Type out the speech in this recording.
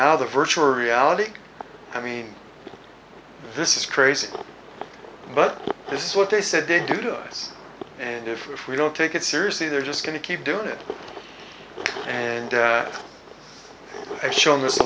now the virtual reality i mean this is crazy but this is what they said they do to us and if we don't take it seriously they're just going to keep doing it and shown this